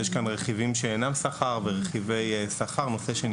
יש כאן רכיבים שאינם שכר ורכיבי שכר,